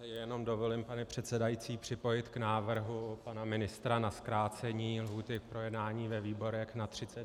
Já si jenom dovolím, pane předsedající, připojit k návrhu pana ministra na zkrácení lhůty k projednání ve výborech na 30 dnů.